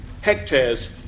hectares